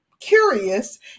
curious